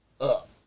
up